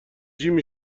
جیم